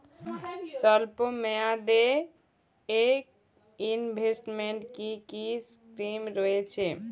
স্বল্পমেয়াদে এ ইনভেস্টমেন্ট কি কী স্কীম রয়েছে?